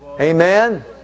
Amen